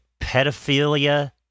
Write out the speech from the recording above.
pedophilia